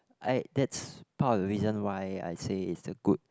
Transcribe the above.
I that's part of the reason why I say it's a good